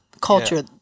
culture